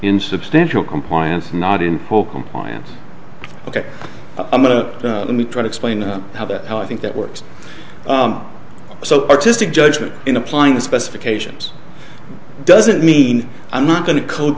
in substantial compliance not in full compliance ok i'm going to let me try to explain how that how i think that works so artistic judgment in applying the specifications doesn't mean i'm not going to code